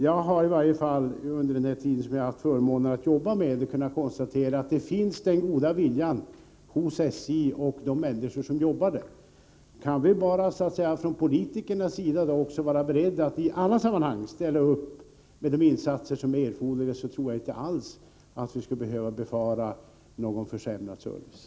Jag har i varje fall, under den tid jag har haft förmånen att arbeta med detta, kunnat konstatera att den goda viljan finns hos de människor som jobbar vid SJ. Kan bara vi politiker vara beredda att ställa upp i alla sammanhang med erforderliga insatser tror jag inte alls att vi skall behöva befara någon försämrad service.